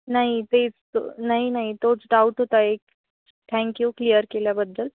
नाही तेच तो नाही नाही तोच डाऊट होता एक थँक्यू क्लिअर केल्याबद्दल